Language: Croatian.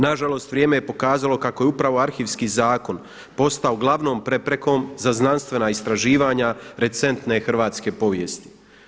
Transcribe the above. Na žalost vrijeme je pokazalo kako je upravo Arhivski zakon postao glavnom preprekom za znanstvena istraživanja recentne hrvatske povijesti.